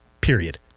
period